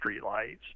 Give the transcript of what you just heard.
streetlights